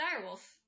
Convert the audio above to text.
Direwolf